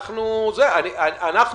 אנחנו